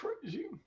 crazy